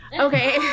Okay